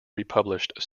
republished